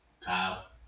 Kyle